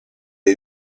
est